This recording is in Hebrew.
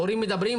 הורים מדברים,